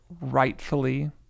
rightfully